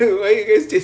(uh huh)